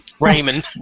Raymond